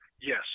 yes